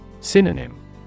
Synonym